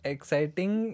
Exciting